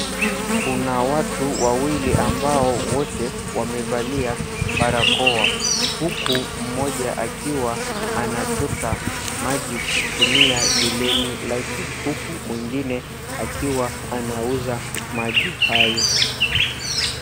Kuna watu wawili ambao wote wamevalia barakoa. Huku mmoja akiwa anachota maji kutumia geleni lake huku mwingine akiwa anauza maji hayo.